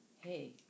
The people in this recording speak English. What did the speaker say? Hey